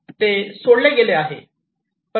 ते सोडले गेले आहे